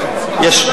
יש,